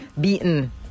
beaten